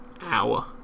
hour